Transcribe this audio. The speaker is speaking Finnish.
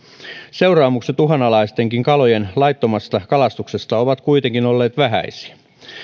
seuraamukset uhanalaistenkin kalojen laittomasta kalastuksesta ovat kuitenkin olleet vähäisiä